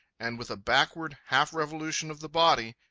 and with a backward half-revolution of the body,